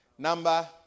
Number